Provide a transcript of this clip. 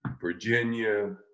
Virginia